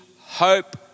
hope